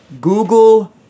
Google